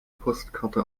postkarte